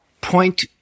point